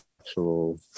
actual